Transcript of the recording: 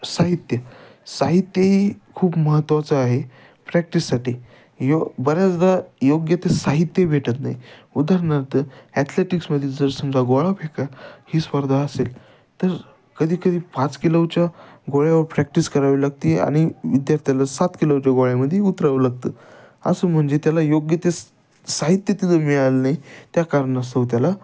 साहित्य साहित्य ही खूप महत्त्वाचं आहे प्रॅक्टिससाठी यो बऱ्याचदा योग्य ते साहित्य भेटत नाही उदाहरणार्थ ॲथलेटिक्समध्ये जर समजा गोळाफेका ही स्पर्धा असेल तर कधीकधी पाच किलोच्या गोळ्यावर प्रॅक्टिस करावी लागती आणि विद्यार्थ्याला सात किलोच्या गोळ्यामध्ये उतरावं लागतं असं म्हणजे त्याला योग्य ते स साहित्य तिथं मिळालं नाही त्या कारणास्तव त्याला